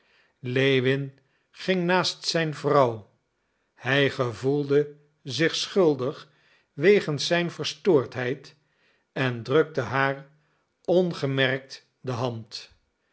lewin ging naast zijn vrouw hij gevoelde zich schuldig wegens zijn verstoordheid en drukte haar ongemerkt de hand